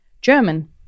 German